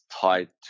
tied